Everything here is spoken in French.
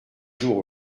jours